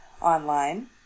online